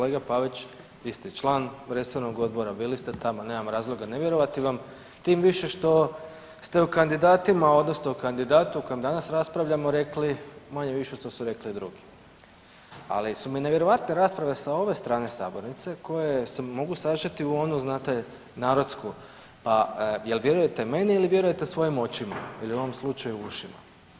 Kolega Pavić, vi ste član resornog odbora, bili ste tamo, nemamo razloga ne vjerovati vam tim više što ste o kandidatima odnosno kandidatu o kojem danas raspravljamo rekli manje-više što su rekli i drugi ali su mi nevjerovatne rasprave sa ove strane sabornice koje se mogu sažeti u onu znate narodsku, jel vjerujete meni ili vjerujete svojim očima ili u ovom slučaju ušima?